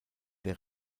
der